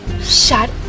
Shut